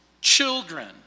children